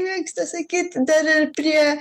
mėgsta sakyti dar ir prie